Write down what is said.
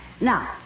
Now